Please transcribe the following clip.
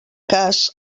cas